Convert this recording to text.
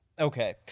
okay